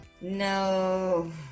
no